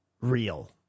real